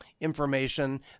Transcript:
information